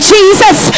Jesus